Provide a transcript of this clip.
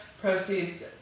Proceeds